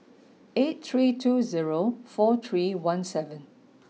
eight three two zero four three one seven